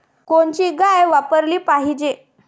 कोनची गाय वापराली पाहिजे?